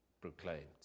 proclaimed